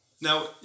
Now